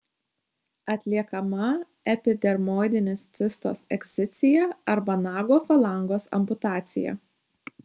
atliekama epidermoidinės cistos ekscizija arba nago falangos amputacija